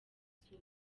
izuba